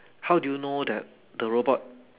how do you know that the robot